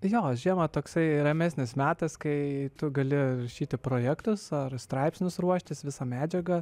jo žiemą toksai ramesnis metas kai tu gali rašyti projektus ar straipsnius ruoštis visa medžiaga